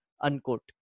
Unquote